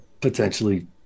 potentially